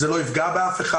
זה לא יפגע באף אחד.